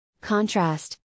Contrast